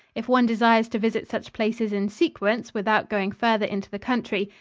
if one desires to visit such places in sequence, without going farther into the country,